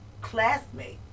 classmate